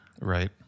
Right